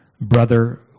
brother